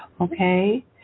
okay